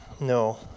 no